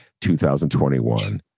2021